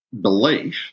belief